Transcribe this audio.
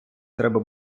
треба